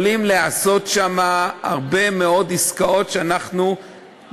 יכולים להיעשות שם הרבה מאוד עסקאות שאנחנו,